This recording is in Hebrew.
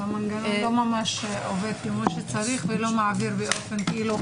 שהמנגנון לא ממש עובד כמו שצריך וגם המידע